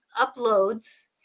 uploads